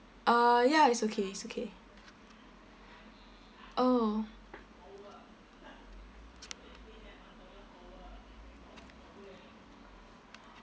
uh ya it's okay it's okay oh